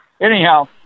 Anyhow